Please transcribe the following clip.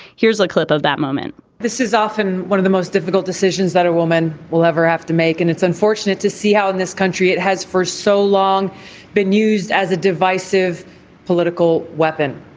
here's a clip of that moment this is often one of the most difficult decisions that a woman will ever have to make and it's unfortunate to see how in this country it has for so long been used as a divisive political weapon.